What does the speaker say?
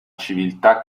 civiltà